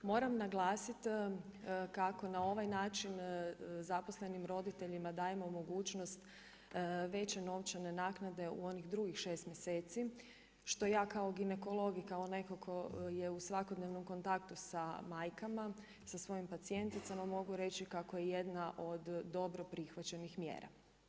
Moram naglasiti kako na ovaj način zaposlenim roditeljima dajemo mogućnost veće novčane naknade u onih drugih 6 mjeseci, što ja kao ginekolog i kao netko tko je u svakodnevnom kontaktu sa majkama, sa svojim pacijenticama, mogu reći kako je jedna od dobro prihvaćenih mjera.